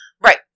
Right